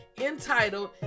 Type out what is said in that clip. entitled